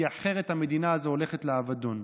כי אחרת המדינה הזאת הולכת לאבדון.